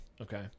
okay